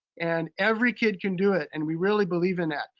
and every kid can do it, and we really believe in that.